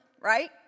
right